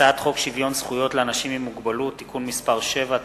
הצעת חוק שוויון זכויות לאנשים עם מוגבלות (תיקון מס' 7),